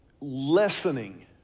lessening